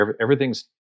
everything's